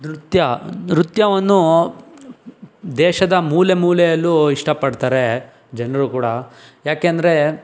ನೃತ್ಯ ನೃತ್ಯವನ್ನು ದೇಶದ ಮೂಲೆ ಮೂಲೆಯಲ್ಲೂ ಇಷ್ಟಪಡ್ತಾರೆ ಜನರು ಕೂಡ ಯಾಕೆ ಅಂದರೆ